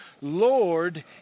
Lord